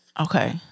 Okay